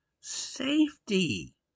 safety